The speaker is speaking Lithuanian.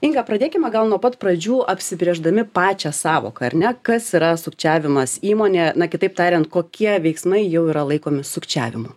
inga pradėkime gal nuo pat pradžių apsibrėždami pačią sąvoką ar ne kas yra sukčiavimas įmonėje na kitaip tariant kokie veiksmai jau yra laikomi sukčiavimu